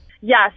yes